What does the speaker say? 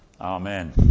Amen